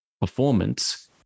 performance